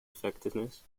effectiveness